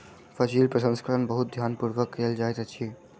फसील प्रसंस्करण बहुत ध्यान पूर्वक कयल जाइत अछि